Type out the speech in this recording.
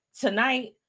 tonight